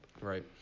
Right